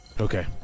okay